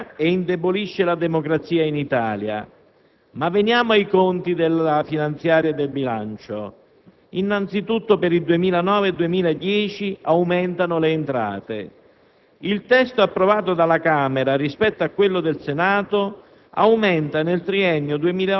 avete sulla vostra coscienza politica questa doppia colpa, che alimenta l'antipolitica e indebolisce la democrazia in Italia. Ma veniamo ai conti della finanziaria e del bilancio. Innanzitutto, per il 2009 e 2010 aumentano le entrate.